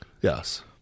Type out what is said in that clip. Yes